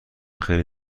خیلی